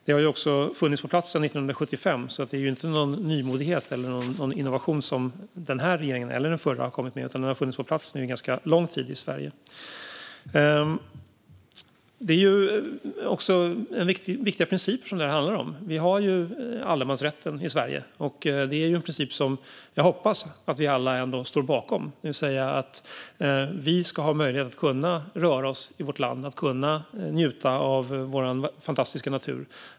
Det har också funnits på plats sedan 1975, så det är inte någon nymodighet eller innovation som den här regeringen eller den förra kommit med, utan det har funnits på plats ganska lång tid i Sverige. Det här handlar om viktiga principer. Vi har allemansrätten i Sverige. Det är en princip som jag hoppas att vi alla ändå står bakom, det vill säga att vi ska ha möjlighet att röra oss i vårt land, att njuta av vår fantastiska natur.